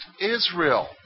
Israel